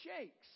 shakes